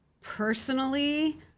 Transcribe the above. personally